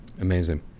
Amazing